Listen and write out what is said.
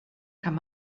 kann